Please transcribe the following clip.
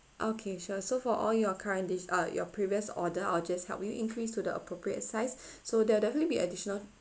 okay sure so for all your current dish uh your previous order I'll just help you increase to the appropriate size so there'll definitely be additional